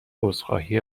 عذرخواهی